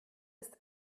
ist